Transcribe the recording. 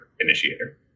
initiator